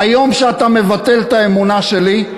ביום שאתה מבטל את האמונה שלי,